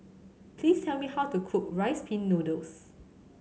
please tell me how to cook Rice Pin Noodles